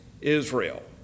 Israel